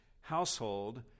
household